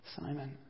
Simon